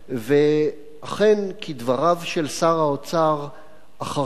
ואכן, כדבריו של שר האוצר אחריה,